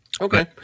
Okay